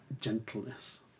gentleness